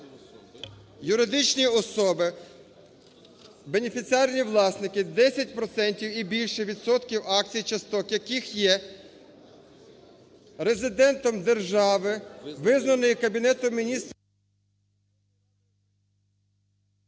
"Юридичні особи, бенефіціарні власники, 10 процентів і більше відсотків акцій часток яких є резидентом держави, визнаної Кабінетом Міністрів…"